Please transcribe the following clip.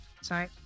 Sorry